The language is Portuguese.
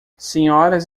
senhoras